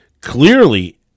clearly